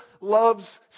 love's